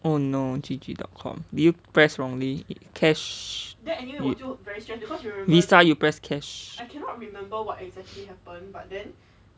oh no G_G dot com did you press wrongly cash you visa you press cash